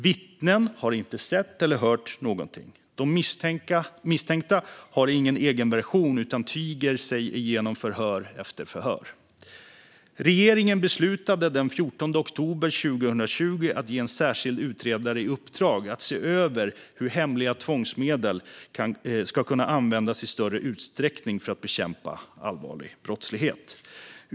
Vittnen har inte sett eller hört någonting. Och de misstänkta har ingen egen version utan tiger sig igenom förhör efter förhör. Regeringen beslutade den 14 oktober 2020 att ge en särskild utredare i uppdrag att se över hur hemliga tvångsmedel ska kunna användas i större utsträckning för att bekämpa allvarlig brottslighet.